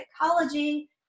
psychology